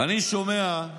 אני שומע,